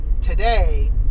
today